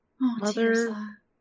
Mother